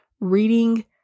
reading